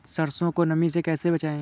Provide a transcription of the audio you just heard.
सरसो को नमी से कैसे बचाएं?